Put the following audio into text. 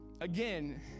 again